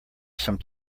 some